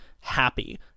happy